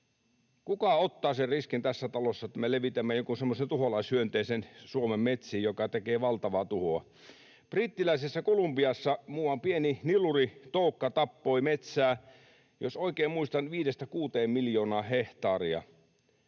ottaa sen riskin, että me levitämme Suomen metsiin jonkun semmoisen tuholaishyönteisen, joka tekee valtavaa tuhoa? Brittiläisessä Kolumbiassa muuan pieni niluritoukka tappoi metsää, jos oikein muistan, 5—6 miljoonaa hehtaaria.